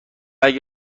اگر